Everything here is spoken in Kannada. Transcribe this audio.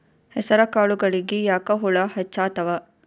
ಹೆಸರ ಕಾಳುಗಳಿಗಿ ಯಾಕ ಹುಳ ಹೆಚ್ಚಾತವ?